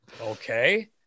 okay